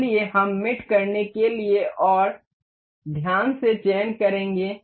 इसलिए हम मेट करने के लिए और ध्यान से चयन करेंगे